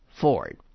Ford